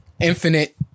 infinite